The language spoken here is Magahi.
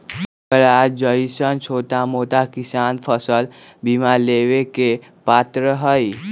हमरा जैईसन छोटा मोटा किसान फसल बीमा लेबे के पात्र हई?